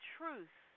truth